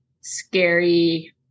scary